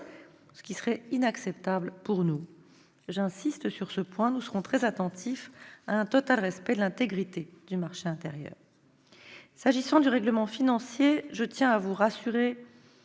serait inacceptable pour nous. J'insiste sur ce point : nous serons très attentifs à un total respect de l'intégrité du marché intérieur. Pour ce qui concerne le règlement financier, je tiens à rassurer